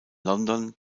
london